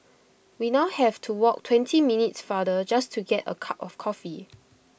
we now have to walk twenty minutes farther just to get A cup of coffee